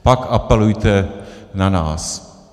Pak apelujte na nás.